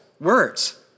words